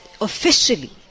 officially